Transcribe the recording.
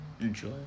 Enjoy